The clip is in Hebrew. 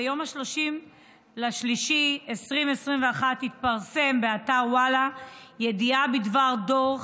ביום 30 במרץ 2021 התפרסמה באתר וואלה ידיעה בדבר דוח